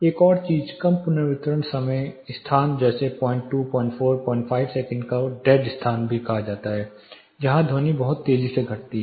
एक और चीज कम पुनर्वितरण वाले स्थान जैसे कि 02 04 05 सेकंड को डैड स्थान कहा जाता है जहां ध्वनि बहुत तेजी से घटती है